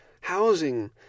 housing